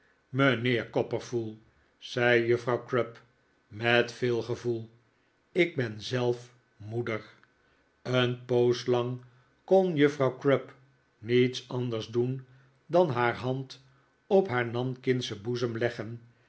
mijnheer copperfull zei juffrouw crupp met veel gevoel ik ben zelf moeder een poos lang kon juffrouw crupp niets anders doen dan haar hand op haar nankingschen boezem leggen